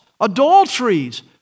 adulteries